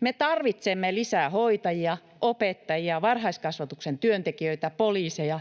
Me tarvitsemme lisää hoitajia, opettajia, varhaiskasvatuksen työntekijöitä, poliiseja,